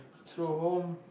true home